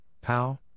POW